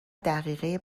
دقیقه